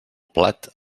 plat